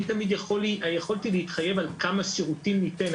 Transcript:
אני תמיד יכולתי להתחייב על כמה שירותים ניתן.